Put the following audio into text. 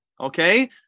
okay